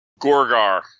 Gorgar